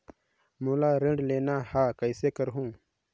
मोला ऋण लेना ह, कइसे करहुँ?